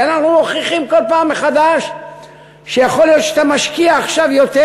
כי אנחנו מוכיחים כל פעם מחדש שיכול להיות שאתה משקיע עכשיו יותר,